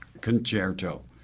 concerto